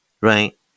right